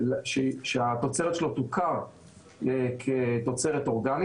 שהתוצרת שלו תוכר כתוצרת אורגנית,